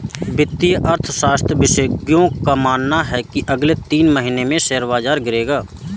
वित्तीय अर्थशास्त्र विशेषज्ञों का मानना है की अगले तीन महीने में शेयर बाजार गिरेगा